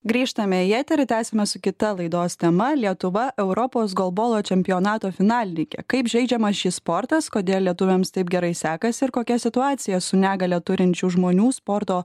grįžtame į eterį tęsiame su kita laidos tema lietuva europos golbolo čempionato finalininkė kaip žaidžiamas šis sportas kodėl lietuviams taip gerai sekasi ir kokia situacija su negalią turinčių žmonių sporto